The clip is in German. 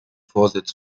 vorsitz